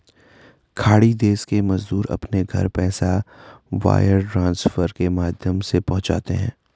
खाड़ी देश के मजदूर अपने घर पैसा वायर ट्रांसफर के माध्यम से पहुंचाते है